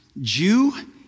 Jew